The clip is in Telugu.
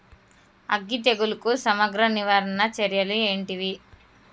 అగ్గి తెగులుకు సమగ్ర నివారణ చర్యలు ఏంటివి?